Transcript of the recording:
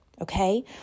okay